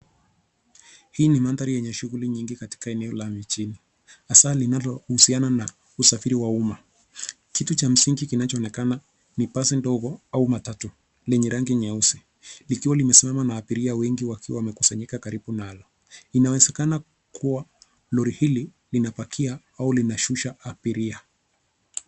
Hii ni mandhari yenye shughuli nyingi katika mandhari ya jijini hasa linalohusiana na usafiri wa umma. Kitu cha msingi kinachoonekana ni basi ndogo au matatu lenye rangi nyeusi likiw limesimama na abiria wengi wamekusanyika karibu nalo. Inawezekana kuwa lori hili linapakia au linsusha abiria.